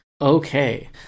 Okay